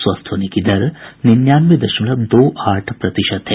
स्वस्थ होने की दर निन्यानवे दशमलव दो आठ प्रतिशत है